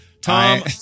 Tom